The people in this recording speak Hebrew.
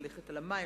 "ללכת על המים",